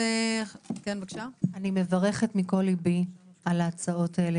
אני מברכת מכל ליבי על ההצעות האלה,